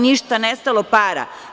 Ništa, nestalo para.